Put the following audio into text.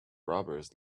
robbers